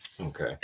Okay